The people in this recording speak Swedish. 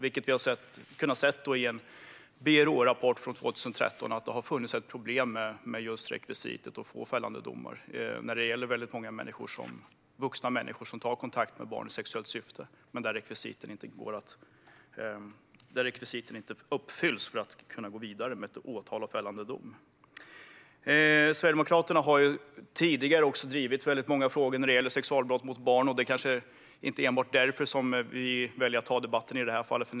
I en rapport från Brå 2013 har vi kunnat se att det har funnits ett problem när det gäller många vuxna människor som tar kontakt med barn i sexuellt syfte men där rekvisiten inte uppfylls för att man ska kunna gå vidare med åtal och fällande dom. Sverigedemokraterna har också tidigare drivit många frågor när det gäller sexualbrott mot barn, och det kanske inte enbart är därför som vi väljer att ta debatten i det här fallet.